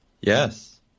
Yes